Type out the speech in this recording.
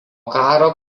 karo